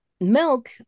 milk